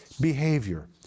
behavior